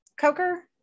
Coker